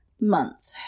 month